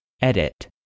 Edit